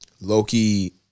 Loki